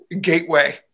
Gateway